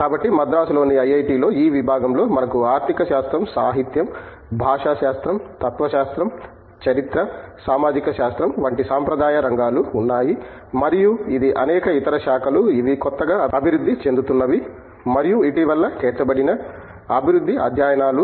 కాబట్టి మద్రాసులోని ఐఐటిలో ఈ విభాగంలో మనకు ఆర్థికశాస్త్రం సాహిత్యం భాషాశాస్త్రం తత్వశాస్త్రం చరిత్ర సామాజిక శాస్త్రం వంటి సాంప్రదాయిక రంగాలు ఉన్నాయి మరియు ఇది అనేక ఇతర శాఖలు ఇవి కొత్తగా అభివృద్ధి చెందుతున్నవి మరియు ఇటీవల చేర్చబడిన అభివృద్ధి అధ్యయనాలు